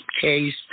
case